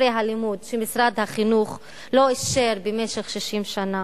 ספרי הלימוד שמשרד החינוך לא אישר במשך 60 שנה.